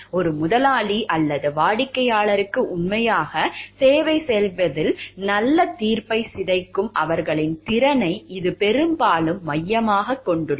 ஒரு முதலாளி அல்லது வாடிக்கையாளருக்கு உண்மையாக சேவை செய்வதில் நல்ல தீர்ப்பை சிதைக்கும் அவர்களின் திறனை இது பெரும்பாலும் மையமாகக் கொண்டுள்ளது